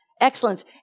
excellence